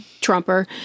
Trumper